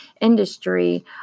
industry